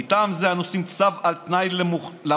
מטעם זה עשינו את הצו-על-תנאי למוחלט,